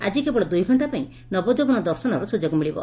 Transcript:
ଆକି କେବଳ ଦୁଇଘକ୍ଷା ପାଇଁ ନବଯୌବନ ଦର୍ଶନର ସୁଯୋଗ ମିଳିବ